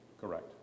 Correct